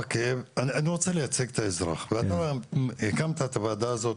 אני רוצה לייצג את האזרח ואני אומר הקמת את הוועדה הזו,